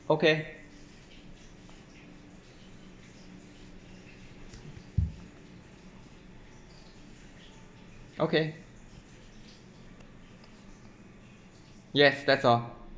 okay okay yes that's all